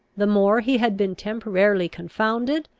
the more he had been temporarily confounded,